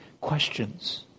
questions